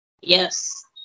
yes